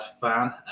fan